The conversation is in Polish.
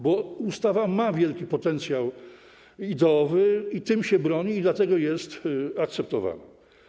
Bo ustawa ma wielki potencjał ideowy i tym się broni, i dlatego jest akceptowana.